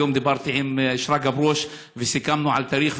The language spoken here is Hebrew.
היום דיברתי עם שרגא ברוש וסיכמנו על תאריך,